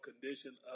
condition